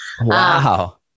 Wow